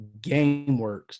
GameWorks